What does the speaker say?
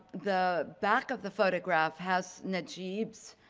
the back of the photograph has najeeb's